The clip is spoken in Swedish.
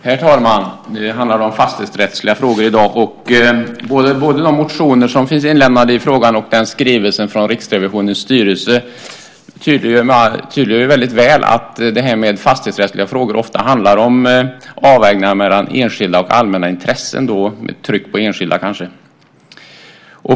Herr talman! Det handlar om fastighetsrättsliga frågor i dag. Både de motioner som har väckts i frågan och skrivelsen från Riksrevisionens styrelse visar att fastighetsrättsliga frågor ofta handlar om avvägningar mellan enskilda och allmänna intressen - med tryck på enskilda.